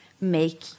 make